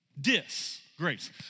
disgrace